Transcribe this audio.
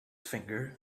finger